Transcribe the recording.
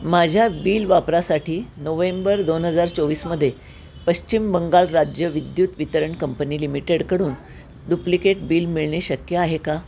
माझ्या बिल वापरासाठी नोव्हेंबर दोन हजार चोवीसमध्ये पश्चिम बंगाल राज्य विद्युत वितरण कंपनी लिमिटेडकडून डुप्लिकेट बिल मिळणे शक्य आहे का